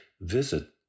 visit